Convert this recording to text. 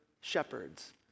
shepherds